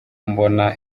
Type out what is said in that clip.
mbona